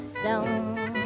stone